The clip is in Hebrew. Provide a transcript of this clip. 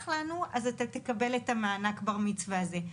לנו אז אתה תקבל את מענק בר המצווה הזה.